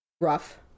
rough